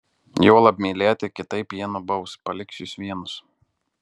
juolab mylėti kitaip jie nubaus paliks jus vienus